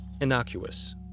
innocuous